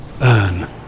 earn